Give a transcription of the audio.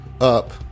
up